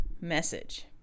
message